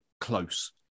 close